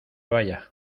vaya